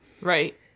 Right